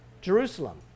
Jerusalem